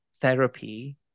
therapy